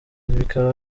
bikaba